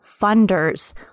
funders